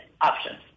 options